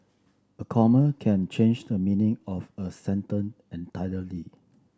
a comma can change the meaning of a sentence entirely